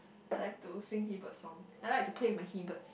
I like to sing he bird song I like to play my he birds